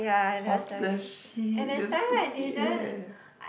what the shit damn stupid eh